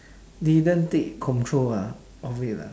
didn't take control lah of it lah